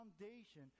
foundation